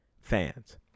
fans